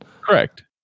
Correct